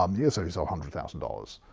um yeah so so hundred thousand dollars.